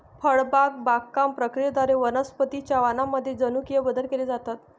फळबाग बागकाम प्रक्रियेद्वारे वनस्पतीं च्या वाणांमध्ये जनुकीय बदल केले जातात